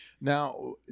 Now